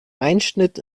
einschnitt